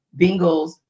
Bengals